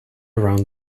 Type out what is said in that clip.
around